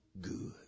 good